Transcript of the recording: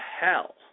hell